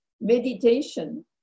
Meditation